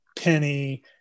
Penny